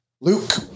Luke